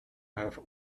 have